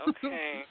Okay